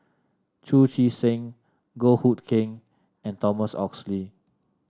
Chu Chee Seng Goh Hood Keng and Thomas Oxley